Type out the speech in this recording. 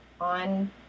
on